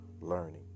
learning